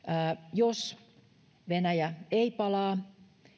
jos venäjä ei palaa